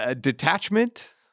detachment